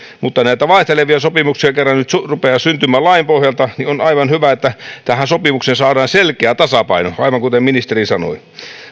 mutta kun näitä vaihtelevia sopimuksia kerran nyt rupeaa syntymään lain pohjalta niin on aivan hyvä että tähän sopimukseen saadaan selkeä tasapaino aivan kuten ministeri sanoi